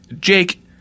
Jake